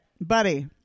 Buddy